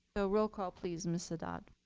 ah roll call please, mr. adad.